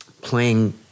playing